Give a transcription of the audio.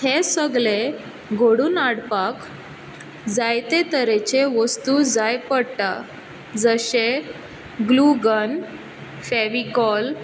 हें सगलें घडून हाडपाक जायते तरेचे वस्तू जाय पडटा जशें ग्लू गन फेविकोल